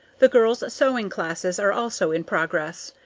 the girls' sewing classes are also in progress.